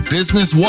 Business